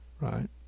right